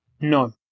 No